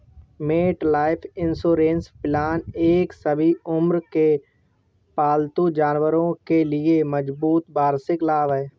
MetLife insurance plan एक सभी उम्र के पालतू जानवरों के लिए मजबूत वार्षिक लाभ है